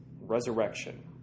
resurrection